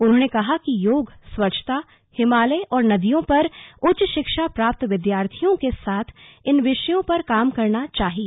उन्होंने कहा कि योग स्वच्छता हिमालय और नदियों पर उच्च शिक्षा प्राप्त विद्यार्थियों के साथ इन विषयों पर काम करना चाहिए